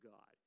God